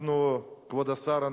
כבוד השר,